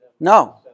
No